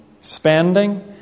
spending